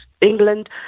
England